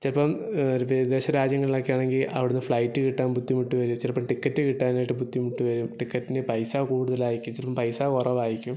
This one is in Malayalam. ചിലപ്പം ഒരു വിദേശ രാജ്യങ്ങളിലൊക്കെ ആണെങ്കിൽ അവിടെ നിന്ന് ഫ്ലൈറ്റ് കിട്ടാൻ ബുദ്ധിമുട്ട് വരും ചിലപ്പോൾ ടിക്കറ്റ് കിട്ടാനായിട്ട് ബുദ്ധിമുട്ട് വരും ടിക്കറ്റിന് പൈസ കൂടുതലായേക്കും ചിലപ്പോൾ പൈസ കുറവായേക്കും